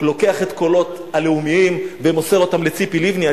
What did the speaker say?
לוקח את קולות הלאומיים ומוסר אותם לציפי לבני.